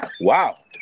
Wow